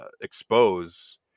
expose